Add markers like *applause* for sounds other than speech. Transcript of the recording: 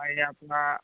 *unintelligible* আপোনাৰ